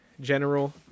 general